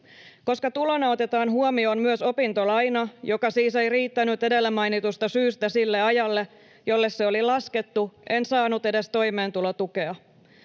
Koska tulona otetaan huomioon myös opintolaina, joka siis ei riittänyt edellä mainitusta syystä sille ajalle, jolle se oli laskettu, en saanut edes toimeentulotukea.